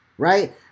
Right